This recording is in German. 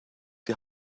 die